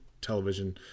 television